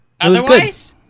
Otherwise